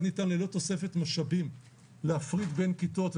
ניתן ללא תוספת משאבים להפריד בין כיתות,